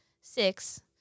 six